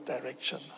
direction